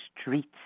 streets